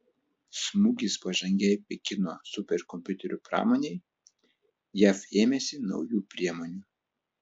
smūgis pažangiai pekino superkompiuterių pramonei jav ėmėsi naujų priemonių